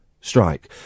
strike